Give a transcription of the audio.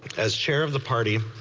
as chair of the party,